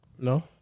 No